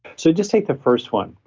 so just take the first one,